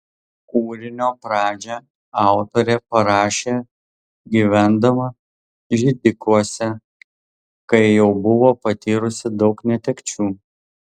kūrinio pradžią autorė parašė gyvendama židikuose kai jau buvo patyrusi daug netekčių